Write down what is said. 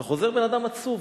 אתה חוזר בן-אדם עצוב.